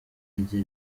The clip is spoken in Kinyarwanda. rye